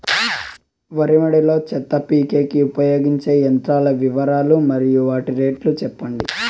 వరి మడి లో చెత్త పీకేకి ఉపయోగించే యంత్రాల వివరాలు మరియు వాటి రేట్లు చెప్పండి?